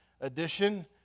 Edition